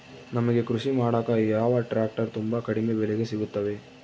ನಮಗೆ ಕೃಷಿ ಮಾಡಾಕ ಯಾವ ಟ್ರ್ಯಾಕ್ಟರ್ ತುಂಬಾ ಕಡಿಮೆ ಬೆಲೆಗೆ ಸಿಗುತ್ತವೆ?